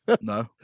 no